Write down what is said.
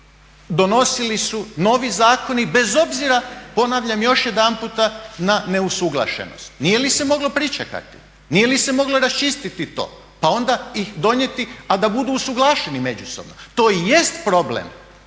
donosili su novi zakoni bez obzira, ponavljam još jedanput, na neusuglašenost. Nije li se moglo pričekati, nije li se moglo raščistiti to pa onda ih donijeti a da budu usuglašeni međusobno? To i jest problem